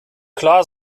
klar